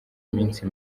minsi